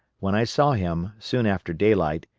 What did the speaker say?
when i saw him, soon after daylight,